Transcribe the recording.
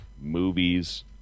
movies